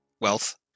wealth